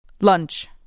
Lunch